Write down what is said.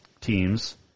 teams